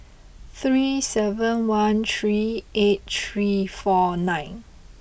three seven one three eight three four nine